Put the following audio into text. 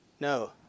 No